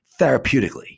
therapeutically